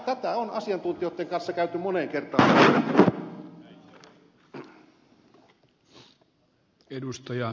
tätä on asiantuntijoitten kanssa käyty moneen kertaan läpi